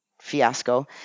fiasco